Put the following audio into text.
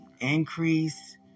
increase